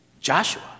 Joshua